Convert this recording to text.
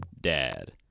DAD